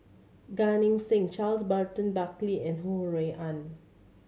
Gan Eng Seng Charles Burton Buckley and Ho Rui An